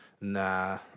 Nah